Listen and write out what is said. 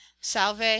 salve